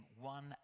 one